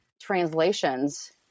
translations